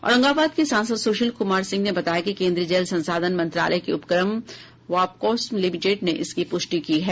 औरंगाबाद के सांसद सुशील कुमार सिंह ने बताया कि केंद्रीय जल संसाधन मंत्रालय के उपक्रम वाप्कोस लिमिटेड ने इसकी पुष्टि की है